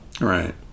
Right